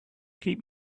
keep